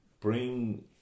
bring